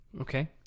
okay